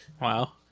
Wow